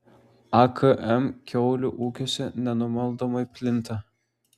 akm kiaulių ūkiuose nenumaldomai plinta